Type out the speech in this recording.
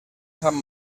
sant